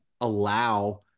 allow